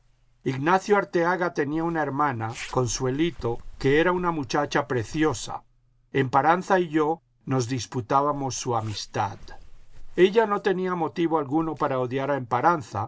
ignacio arteaga tenía una hermana consuelito que era una muchacha preciosa emparanza y yo nos disputábamos su amistad ella no tenía motivo alguno para odiar